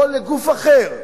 או לגוף אחר,